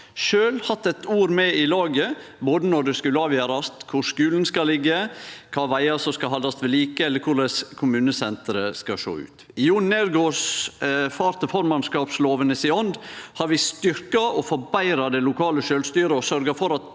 lokalt sjølv hatt eit ord med i laget både når det skulle avgjerast kvar skulen skal liggje, kva vegar som skal haldast ved like, eller korleis kommunesenteret skal sjå ut. I John Neergaard – far til formannskapslovene – si ånd har vi styrkt og forbetra det lokale sjølvstyret og sørgt for at